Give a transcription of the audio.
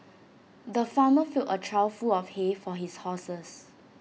the farmer filled A trough full of hay for his horses